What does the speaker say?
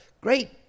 great